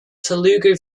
telugu